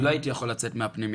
אני לא הייתי יכול לצאת מהפנימייה.